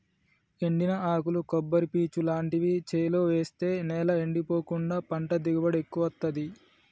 ఎండిన ఆకులు కొబ్బరి పీచు లాంటివి చేలో వేస్తె నేల ఎండిపోకుండా పంట దిగుబడి ఎక్కువొత్తదీ